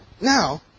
now